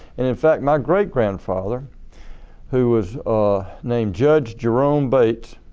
in fact, my great grandfather who was named judge jerome bates